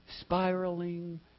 spiraling